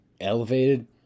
elevated